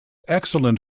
excellent